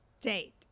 date